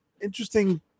interesting